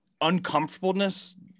uncomfortableness